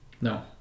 No